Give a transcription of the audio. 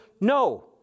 no